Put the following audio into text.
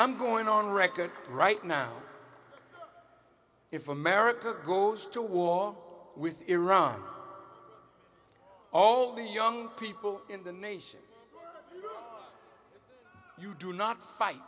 i'm going on record right now if america goes to war with iran all the young people in the nation you do not fight